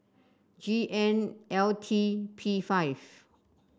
G N L T P five